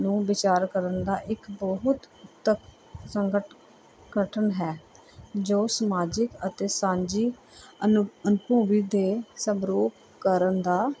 ਨੂੰ ਵਿਚਾਰ ਕਰਨ ਦਾ ਇੱਕ ਬਹੁਤ ਤਕ ਸੰਗਟ ਗਠਨ ਹੈ ਜੋ ਸਮਾਜਿਕ ਅਤੇ ਸਾਂਝੀ ਅਨੋ ਅਨੁਭਵ ਦੇ ਸਵਰੂਪ ਕਰਨ ਦਾ